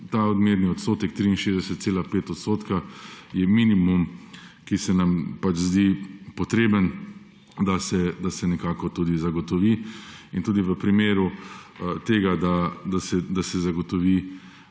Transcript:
ta odmerni odstotek 63,5 % je minimum, ki se nam pač zdi potreben, da se nekako tudi zagotovi. In tudi v primeru tega, da se zagotovi